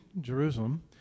Jerusalem